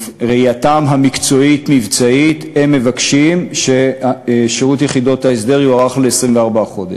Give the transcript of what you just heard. תפיסתם המקצועית-מבצעית הם מבקשים ששירות יחידות ההסדר יוארך ל-24 חודש,